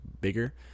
bigger